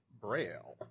braille